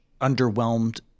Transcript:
underwhelmed